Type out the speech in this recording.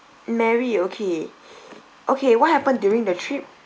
mary okay okay what happened during the trip